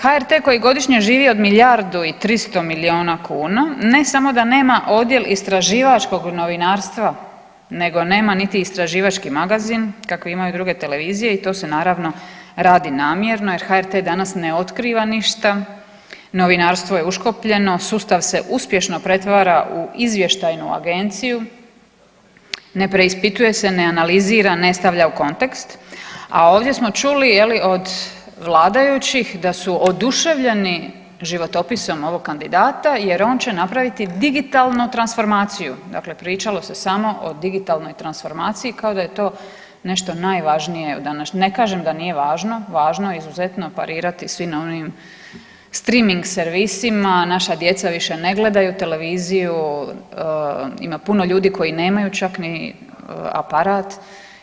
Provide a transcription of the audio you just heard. HRT koji godišnje živi od milijardu i 300 milijuna kuna ne samo da nema odjel istraživačkog novinarstva nego nema niti istraživački magazin kakve imaju druge televizije i to se naravno radi namjerno jer HRT danas ne otkriva ništa, novinarstvo je uškopljeno, sustav se uspješno pretvara u izvještajnu agenciju, ne preispituje se, ne analizira, ne stavlja u kontekst, a ovdje smo čuli je li od vladajućih da su oduševljeni životopisom ovog kandidata jer će on napraviti digitalnu transformaciju, dakle pričalo se samo o digitalnoj transformaciji kao da je to nešto najvažnije, ne kažem da nije važno, važno je izuzetno parirati svi na onim streaming servisima, naša djeca više ne gledaju televiziju, ima puno ljudi koji nemaju čak ni aparat